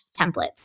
templates